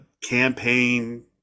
campaign